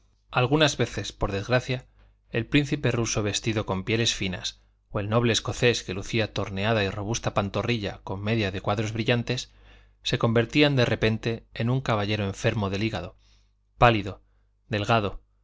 algunas veces por desgracia el príncipe ruso vestido con pieles finas o el noble escocés que lucía torneada y robusta pantorrilla con media de cuadros brillantes se convertían de repente en un caballero enfermo del hígado pálido delgado